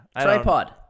tripod